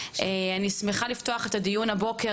אני שמחה לפתוח את הדיון הבוקר,